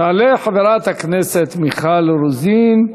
תעלה חברת הכנסת מיכל רוזין.